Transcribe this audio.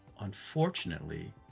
unfortunately